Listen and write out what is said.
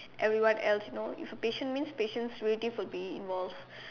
everyone else you know if a patient means patients ready for the involve